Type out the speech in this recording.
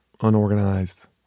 unorganized